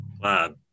Glad